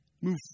move